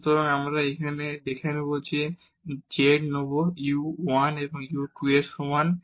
সুতরাং আমরা এখানে যা নেব আমরা z নেব u 1 এবং u 2 এর সমান